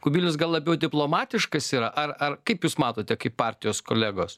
kubilius gal labiau diplomatiškas yra ar ar kaip jūs matote kaip partijos kolegos